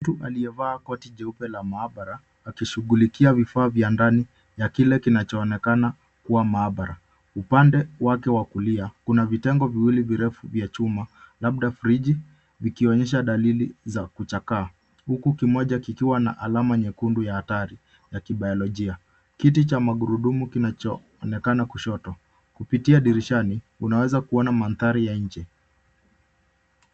Mtu aliyevaa koti jeupe la maabara akishughulikia vifaa vya ndani ya kile kinachoonekana kuwa maabara. Upande wake wa kulia kuna vitengo viwili virefu vya chuma labda friji vikionyesha dalili ya kuchakaa huku kimoja kikiwa na alama nyekundu ya hatari ya kibiolojia. Kiti cha magurudumu kinachoonekana kushoto. Kupitia dirishani unaweza kuona mandhari ya nje.